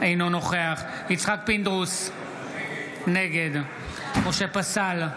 אינו נוכח יצחק פינדרוס, נגד משה פסל,